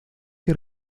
que